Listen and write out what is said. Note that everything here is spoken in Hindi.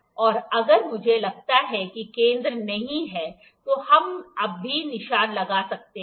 और अगर मुझे लगता है कि केंद्र नहीं हैतो हम भी निशान लगा सकते हैं